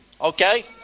Okay